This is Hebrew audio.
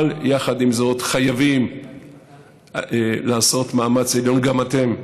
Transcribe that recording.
יחד עם זאת חייבים לעשות מאמץ עליון, גם אתם,